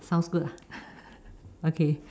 sounds good ah okay